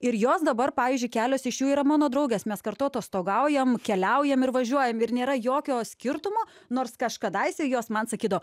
ir jos dabar pavyzdžiui kelios iš jų yra mano draugės mes kartu atostogaujam keliaujam ir važiuojam ir nėra jokio skirtumo nors kažkadaise jos man sakydavo